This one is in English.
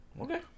Okay